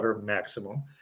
maximum